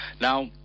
now